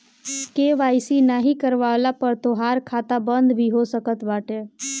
KYC नाइ करववला पअ तोहार खाता बंद भी हो सकत बाटे